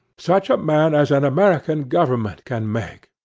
such a man as an american government can make,